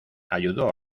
ayudó